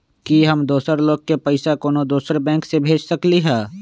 कि हम दोसर लोग के पइसा कोनो दोसर बैंक से भेज सकली ह?